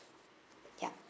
ya